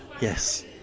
yes